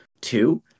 Two